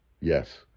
Yes